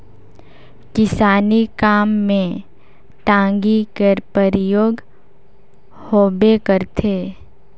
किसानी काम मे टागी कर परियोग होबे करथे